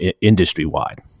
industry-wide